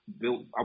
built